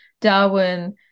darwin